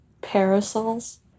parasols